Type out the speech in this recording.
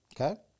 Okay